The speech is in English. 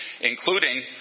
including